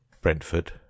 brentford